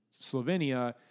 Slovenia